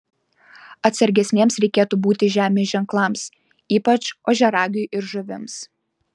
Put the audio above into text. atsargesniems reikėtų būti žemės ženklams ypač ožiaragiui ir žuvims